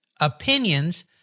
opinions